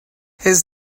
his